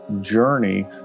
journey